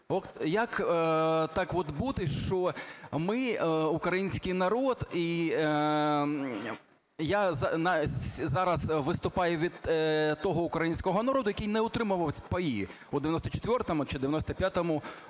як так от бути, що ми, український народ, і я зараз виступаю від того українського народу, який не отримував ці паї в 1994 чи 1995 році.